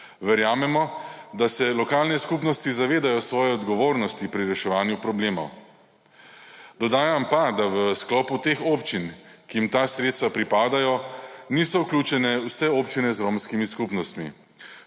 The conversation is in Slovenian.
Verjamemo, da se lokalne skupnosti zavedajo svoje odgovornosti pri reševanju problemov. Dodajam pa, da v sklopu teh občin, ki jim ta sredstva pripadajo niso vključene vse občine z romskimi skupnostmi.